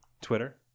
Twitter